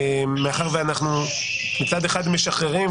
מאחר שאנחנו מצד אחד משחררים,